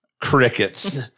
crickets